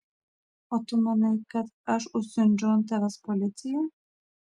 o tu manai kad aš užsiundžiau ant tavęs policiją